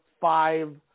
five